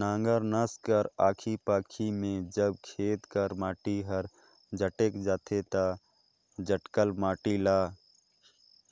नांगर नाएस कर आखी पाखी मे जब खेत कर माटी हर जटेक जाथे ता जटकल माटी ल